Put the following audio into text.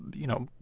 you know,